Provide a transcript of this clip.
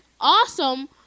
awesome